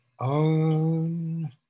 own